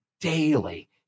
daily